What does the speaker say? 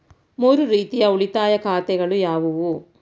ಮೂರು ರೀತಿಯ ಉಳಿತಾಯ ಖಾತೆಗಳು ಯಾವುವು?